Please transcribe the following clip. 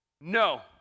No